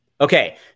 Okay